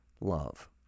love